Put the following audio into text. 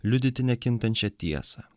liudyti nekintančią tiesą